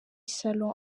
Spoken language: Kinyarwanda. salon